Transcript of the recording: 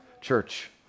Church